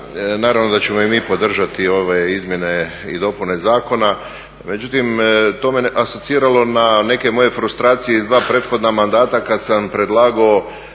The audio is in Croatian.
Naravno da ćemo i mi podržati ove izmjene i dopune zakona, međutim to me asociralo na neke moje frustracije iz dva prethodna mandata kad sam predlagao